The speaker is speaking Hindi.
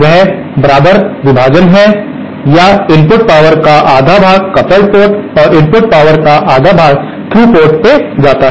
वह बराबर विभाजन है या इनपुट पावर का आधा भाग कपल्ड पोर्ट और इनपुट पावर का आधा हिस्सा थ्रू पोर्ट से जाता है